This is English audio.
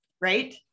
right